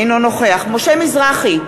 אינו נוכח משה מזרחי,